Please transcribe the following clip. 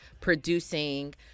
producing